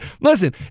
listen